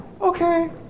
okay